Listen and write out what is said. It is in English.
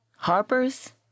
Harper's